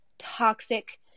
toxic